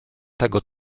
tego